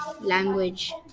language